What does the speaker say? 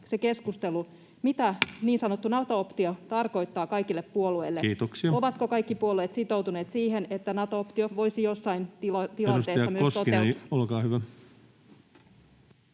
koputtaa] niin sanottu Nato-optio tarkoittaa kaikille puolueille. [Puhemies: Kiitoksia!] Ovatko kaikki puolueet sitoutuneet siihen, että Nato-optio voisi jossain tilanteessa myös toteutua? [Speech 107] Speaker: